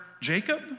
Jacob